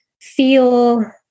feel